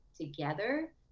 together